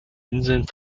inseln